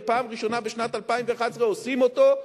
ופעם ראשונה בשנת 2011 עושים אותו,